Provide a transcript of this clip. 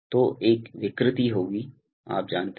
तो एक विकृति होगी आप जानते हैं